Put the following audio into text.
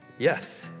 Yes